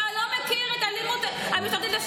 אתה לא מכיר את האלימות המשטרתית,